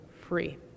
free